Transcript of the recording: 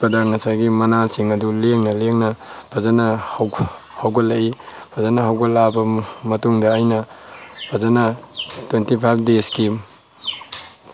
ꯁꯤꯠꯄꯗ ꯉꯁꯥꯏꯒꯤ ꯃꯅꯥꯁꯤꯡ ꯑꯗꯨ ꯂꯦꯡꯅ ꯂꯦꯡꯅ ꯐꯖꯅ ꯍꯧꯒꯠꯂꯛꯏ ꯐꯖꯅ ꯍꯧꯒꯠꯂꯛꯑꯕ ꯃꯇꯨꯡꯗ ꯑꯩꯅ ꯐꯖꯅ ꯇ꯭ꯋꯦꯟꯇꯤ ꯐꯥꯏꯚ ꯗꯦꯖꯀꯤ